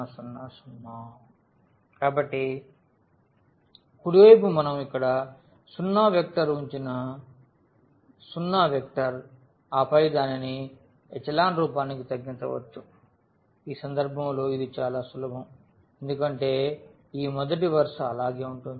b0 0 0 కుడి వైపు మనం ఇక్కడ సున్నా వెక్టర్ ఉంచిన సున్నా వెక్టర్ ఆపై దానిని ఎచెలాన్ రూపానికి తగ్గించవచ్చు ఈ సందర్భంలో ఇది చాలా సులభం ఎందుకంటే ఈ మొదటి వరుస అలాగే ఉంటుంది